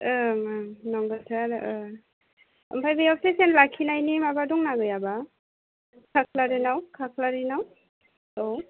ओं ओं नंगौथ' आरो ओमफ्राय बेयाव पेसेन्ट लाखिनायनि माबा दंना गैयाब्ला खाख्लारिनाव खाख्लारिनाव औ